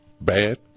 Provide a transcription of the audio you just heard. bad